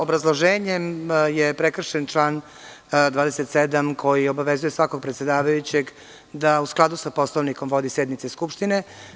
Obrazloženjem je prekršen član 27. koji obavezuje svakog predsedavajućeg da u skladu sa Poslovnikom vodi sednice Skupštine.